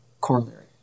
corollary